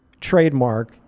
trademark